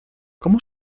cómo